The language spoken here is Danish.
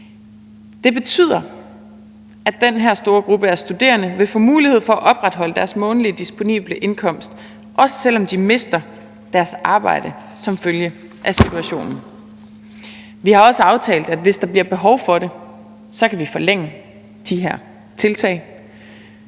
Det betyder, at den her store gruppe af studerende vil få mulighed for at opretholde deres månedlige disponible indkomst, også selv om de mister deres arbejde som følge af situationen. Og vi har også aftalt, at hvis der bliver behov for det, kan vi forlænge de her tiltag.